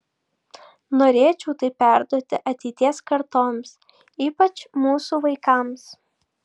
norėčiau tai perduoti ateities kartoms ypač mūsų vaikams